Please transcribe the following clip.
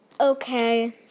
okay